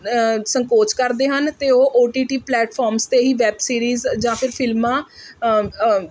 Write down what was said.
ਸੰਕੋਚ ਕਰਦੇ ਹਨ ਅਤੇ ਉਹ ਓ ਟੀ ਟੀ ਪਲੈਟਫਾਰਮ 'ਤੇ ਹੀ ਵੈੱਬ ਸੀਰੀਜ਼ ਜਾਂ ਫਿਰ ਫਿਲਮਾਂ